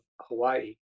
Hawaii